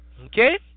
okay